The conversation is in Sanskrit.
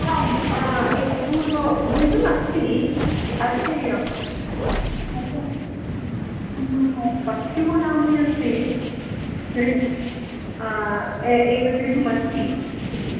आम् एक पूर्ण गृहमस्ति अस्ति तस्य मम पत्युः नाम्नि अस्ति गृहं ए एकगृहमस्ति किन्तु